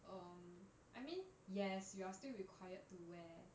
um I mean yes you are still required to wear